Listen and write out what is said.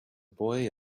boy